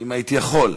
אם הייתי יכול.